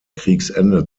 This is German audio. kriegsende